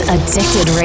Addicted